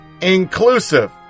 inclusive